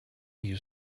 you